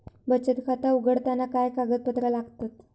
बचत खाता उघडताना काय कागदपत्रा लागतत?